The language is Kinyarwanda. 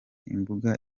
imbuga